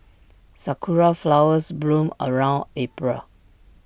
Sakura Flowers bloom around April